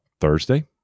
Thursday